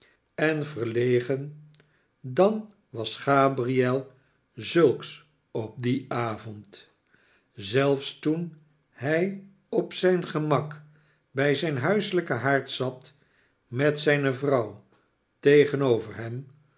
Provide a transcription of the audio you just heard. en verlegen dan was gabriel zulks op dien avond zelfs toen hij op zijn gemak bij zijn huiselijken haard zat met zijne vrouw tegenover hem